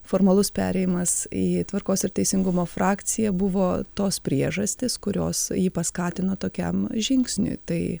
formalus perėjimas į tvarkos ir teisingumo frakciją buvo tos priežastys kurios jį paskatino tokiam žingsniui tai